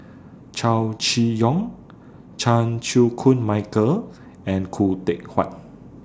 Chow Chee Yong Chan Chew Koon Michael and Khoo Teck Puat